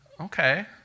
Okay